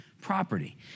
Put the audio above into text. property